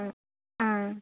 आं आं